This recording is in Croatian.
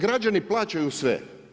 Građani plaćaju sve.